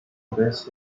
base